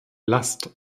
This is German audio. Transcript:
last